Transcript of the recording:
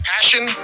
Passion